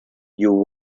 you